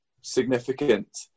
significant